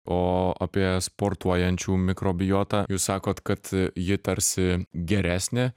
o apie sportuojančių mikrobiotą jūs sakot kad ji tarsi geresnė